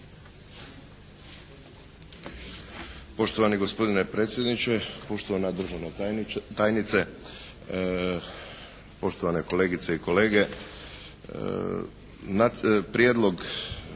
Poštovani gospodine predsjedniče, poštovana državna tajnice, poštovane kolegice i kolege. Prijedlog